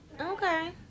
okay